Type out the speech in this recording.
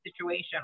situation